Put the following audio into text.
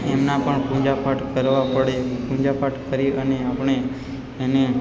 એમના પણ પૂજાપાઠ કરવા પડે પૂજાપાઠ કરી અને આપણે એને